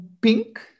pink